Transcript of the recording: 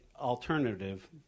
alternative